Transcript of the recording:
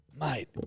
Mate